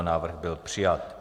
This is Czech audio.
Návrh byl přijat.